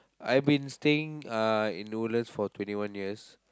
I've been staying uh in Woodlands for twenty one years